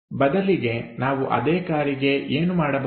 ಬದಲಿಗೆ ನಾವು ಅದೇ ಕಾರಿಗೆ ಏನು ಮಾಡಬಹುದು